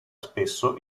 spesso